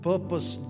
Purpose